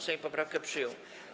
Sejm poprawkę przyjął.